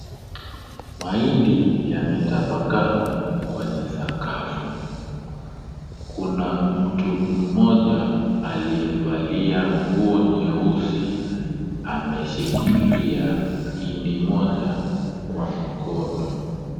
Mahindi yametapakaa kwenye sakafu. Kuna mtu mmoja aliyevalia nguo nyeusi, ameshikilia hindi moja kwa mkono.